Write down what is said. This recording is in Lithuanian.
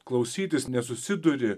klausytis nesusiduri